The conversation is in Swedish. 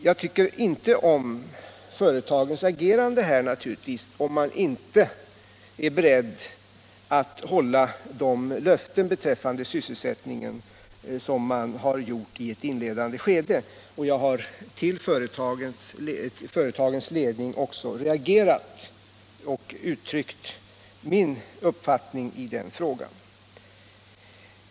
Jag tycker naturligtvis inte om företagens agerande - om man inte är beredd att hålla de löften beträffande sysselsättningen som man har gett i ett inledande skede. Jag har också låtit företagens ledning förstå min reaktion och uttryckt min uppfattning i den frågan.